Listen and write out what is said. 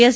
S